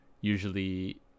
usually